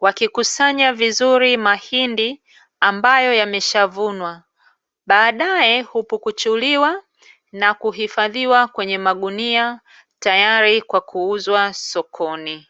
wakikusanya vizuri mahindi ambayo yameshavunwa, baadaye kupukuchuliwa na kuhifadhiwa kwenye magunia tayari kwa kuuzwa sokoni.